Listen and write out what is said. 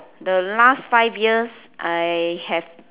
the last five years I have